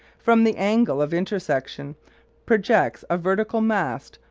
from the angle of intersection projects a vertical mast,